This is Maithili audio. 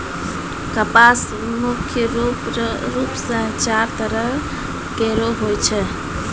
कपास मुख्य रूप सें चार तरह केरो होय छै